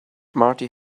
marty